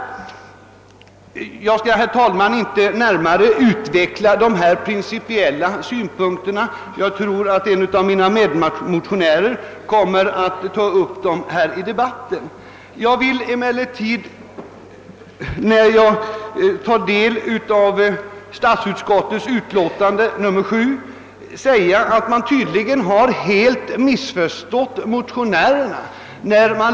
Jag skall, herr talman, inte närmare utveckla dessa principiella synpunkter; jag tror att en av mina medmotionärer kommer att ta upp dem. Jag vill emellertid sedan jag tagit del av statsutskottets utlåtande nr 7 framhålla att man tydligen heli har missförstått motionärerna.